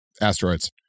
asteroids